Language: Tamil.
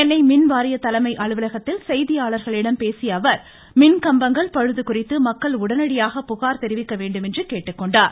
சென்னை மின்வாரிய தலைமை அலுவலகத்தில் செய்தியாளர்களிடம் பேசிய அவர் மின் கம்பங்கள் பழுது குறித்து மக்கள் உடனடியாக புகார் தெரிவிக்க வேண்டுமென்று அவர் கேட்டுக்கொண்டார்